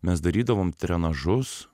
mes darydavom drenažus